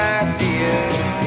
ideas